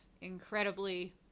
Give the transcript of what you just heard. incredibly